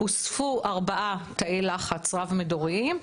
הוספו ארבעה תאי לחץ רב מדוריים,